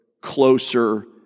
closer